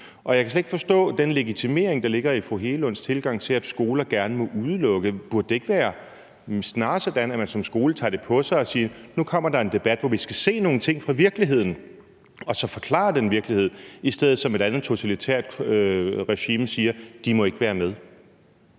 tilgang til, at skoler gerne må udelukke nogen. Burde det ikke snarere være sådan, at man som skole tager det på sig og siger: Nu kommer der en debat, hvor vi skal se nogle ting fra virkeligheden og så forklare den virkelighed – i stedet for at man som et andet totalitært regime siger: De må ikke være med?